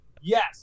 Yes